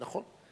נכון.